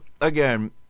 again